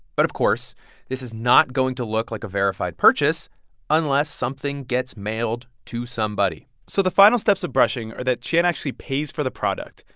but of course this is not going to look like a verified purchase unless something gets mailed to somebody so the final steps of brushing are that qian actually pays for the product.